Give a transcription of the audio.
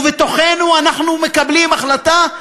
ובתוכנו אנחנו מקבלים החלטה,